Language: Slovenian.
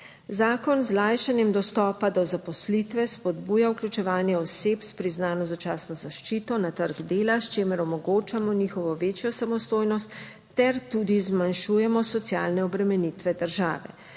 Zakon z olajšanjem dostopa do zaposlitve spodbuja vključevanje oseb s priznano začasno zaščito na trg dela, s čimer omogočamo njihovo večjo samostojnost ter tudi zmanjšujemo socialne obremenitve države.